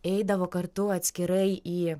eidavo kartu atskirai į